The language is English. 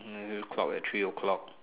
hmm clock at three o-clock